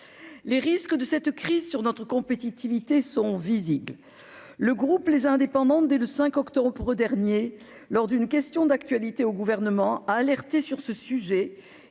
les risques de cette crise sur notre compétitivité sont visibles, le groupe, les indépendants, dès le 5 octobre dernier lors d'une question d'actualité au gouvernement, a alerté sur ce sujet